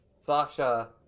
Sasha